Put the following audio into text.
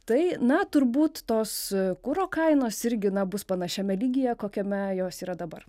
tai na turbūt tos kuro kainos irgi na bus panašiame lygyje kokiame jos yra dabar